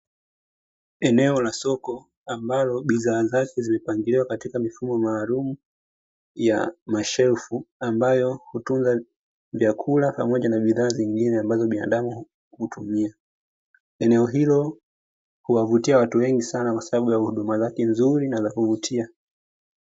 Eneo la soko ambalo bidhaa zake zimepangiliwa katika mifumo maalumu ya mashelfu, ambazo hutunza vyakula pamoja na bidhaa nyingine ambazo binadamu hutumia. Eneo hilo huwavutia watu wengi sana kwasababu ya huduma zake nzuri na za kuvutia.